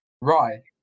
Right